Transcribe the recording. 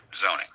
zoning